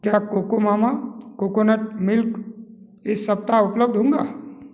क्या Coco Mama coconut milk इस सप्ताह उपलब्ध होगा